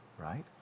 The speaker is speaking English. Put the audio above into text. Right